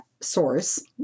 source